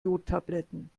jodtabletten